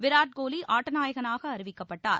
விராட் கோலி ஆட்டநாயகனாக அறிவிக்கப்பட்டார்